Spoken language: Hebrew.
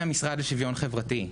מעט מהמשרד לשוויון חברתי,